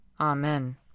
Amen